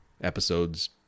episodes